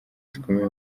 zikomeye